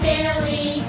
Billy